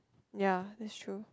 ya that's true